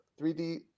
3d